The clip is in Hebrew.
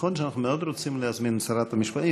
נכון שאנחנו מאוד רוצים להזמין את שרת המשפטים,